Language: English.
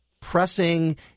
pressing